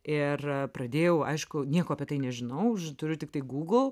ir pradėjau aišku nieko apie tai nežinau už turiu tiktai google